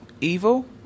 evil